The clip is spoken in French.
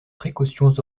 précautions